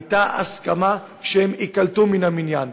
הייתה הסכמה שהם ייקלטו כעובדים מן המניין.